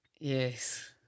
Yes